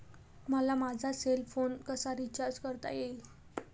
मला माझा cell phone कसा रिचार्ज करता येईल?